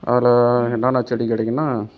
அதில் என்னான்ன செடி கிடைக்கும்னா